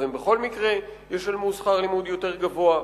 הם בכל מקרה ישלמו שכר לימוד יותר גבוה?